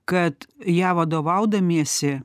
kad ja vadovaudamiesi